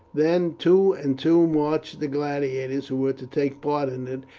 then, two and two, marched the gladiators who were to take part in it,